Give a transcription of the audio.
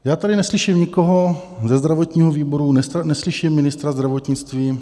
Já tady neslyším nikoho ze zdravotního výboru, neslyším ministra zdravotnictví.